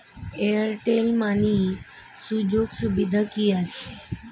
Airtel money সুযোগ সুবিধা কি আছে?